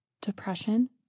depression